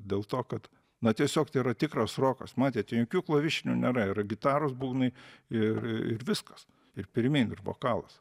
dėl to kad na tiesiog tai yra tikras rokas matėt ten jokių klavišinių nėra yra gitaros būgnai ir ir viskas ir pirmyn ir vokalas